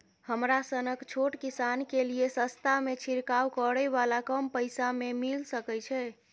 हमरा सनक छोट किसान के लिए सस्ता में छिरकाव करै वाला कम पैसा में मिल सकै छै?